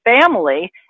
family